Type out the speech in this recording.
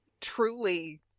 truly